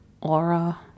Aura